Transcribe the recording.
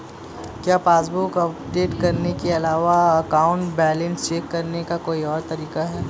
क्या passbook update करने के अलावा अकाउंट बैलेंस चेक करने का कोई और तरीका है?